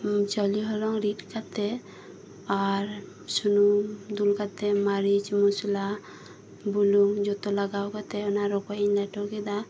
ᱪᱟᱣᱞᱮ ᱦᱚᱞᱚᱝ ᱨᱤᱫ ᱠᱟᱛᱮᱫ ᱟᱨ ᱥᱩᱱᱩᱢ ᱫᱩᱞ ᱠᱟᱛᱮᱫ ᱢᱟᱨᱤᱪ ᱢᱚᱥᱞᱟ ᱵᱩᱞᱩᱝ ᱡᱚᱛᱚ ᱞᱟᱜᱟᱣ ᱠᱟᱛᱮᱫ ᱚᱱᱟ ᱨᱚᱠᱚᱡ ᱤᱧ ᱞᱮᱴᱚ ᱠᱮᱫᱟ